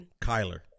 Kyler